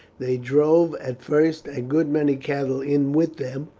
they drove at first a good many cattle in with them,